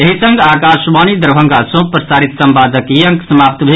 एहि संग आकाशवाणी दरभंगा सँ प्रसारित संवादक ई अंक समाप्त भेल